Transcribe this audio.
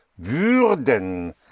würden